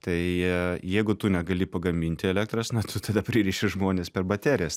tai jeigu tu negali pagaminti elektros na tu tada pririši žmones per baterijas